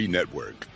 Network